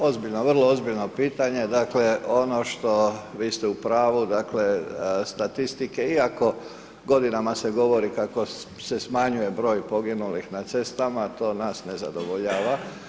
Ozbiljno, vrlo ozbiljno pitanje, dakle, ono što vi ste u pravu, dakle, statistike, iako godinama se govori kako se smanjuje broj poginulih na cestama, to nas ne zadovoljava.